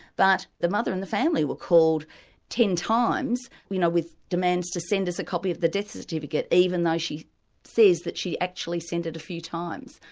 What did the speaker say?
but the mother and the family were called ten times, you know with with demands to send us a copy of the death certificate, even though she says that she actually sent it a few times.